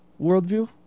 worldview